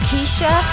Keisha